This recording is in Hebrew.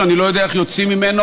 שאני לא יודע איך יוצאים ממנו,